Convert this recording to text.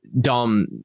Dom